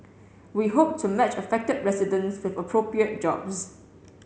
we hope to match affected residents with appropriate jobs